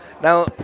Now